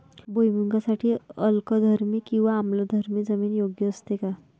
भुईमूगासाठी अल्कधर्मी किंवा आम्लधर्मी जमीन योग्य असते का?